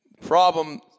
Problem